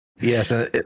yes